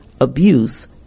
abuse